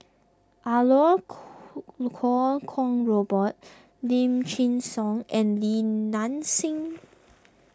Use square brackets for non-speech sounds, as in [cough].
are Lau [noise] Lu Kuo Kwong Robert Lim Chin Siong and Li Nanxing